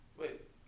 wait